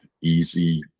easy